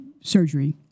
surgery